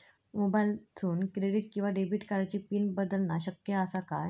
मोबाईलातसून क्रेडिट किवा डेबिट कार्डची पिन बदलना शक्य आसा काय?